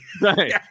Right